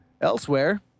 Elsewhere